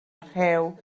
rhew